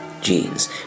genes